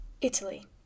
Italy